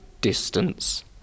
distance